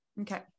Okay